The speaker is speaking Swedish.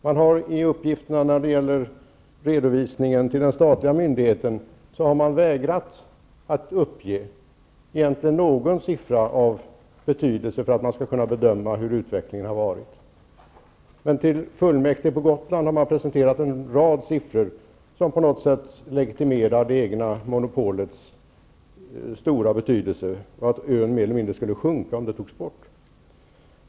Man har när det gäller redovisningen till den statliga myndigheten vägrat att uppge egentligen någon siffra av betydelse för att det skall kunna bedömas hurdan utvecklingen varit. Men för fullmäktige på Gotland har man presenterat en rad siffror som på något sätt legitimerar det egna monopolets stora betydelse, och att ön mer eller mindre skulle sjunka om monopolet togs bort.